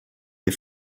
les